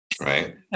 right